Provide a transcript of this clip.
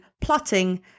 plotting